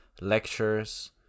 lectures